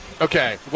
Okay